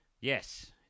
yes